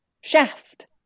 Shaft